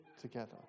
together